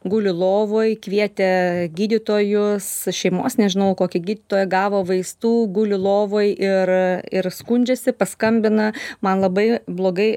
guli lovoj kvietė gydytojus šeimos nežinau kokį gydytoją gavo vaistų guli lovoj ir ir skundžiasi paskambina man labai blogai